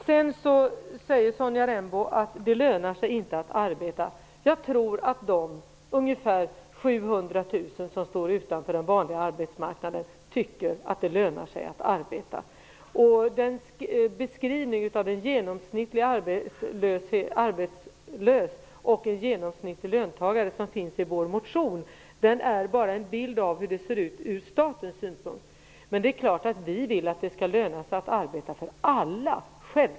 Sonja Rembo sade sedan att det inte lönar sig att arbeta. Jag tror att de ca 700 000 som står utanför den vanliga arbetsmarknaden tycker att det lönar sig att arbeta. Den beskrivning av en genomsnittlig arbetslös och en genomsnittlig löntagare som finns i vår motion ger bara en bild av hur det ser ut från statens synpunkt. Självfallet vill vi att det skall löna sig att arbeta för alla.